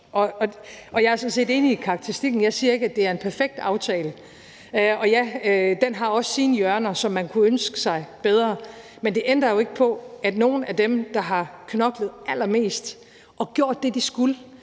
Og jeg er sådan set enig i karakteristikken. Jeg siger ikke, at det er en perfekt aftale, og ja, den har også sine hjørner, hvor man kunne ønske, den var bedre, men det ændrer jo ikke på, at for nogle af dem, der har knoklet allermest og gjort det, de skulle,